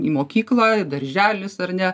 į mokyklą darželis ar ne